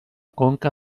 conca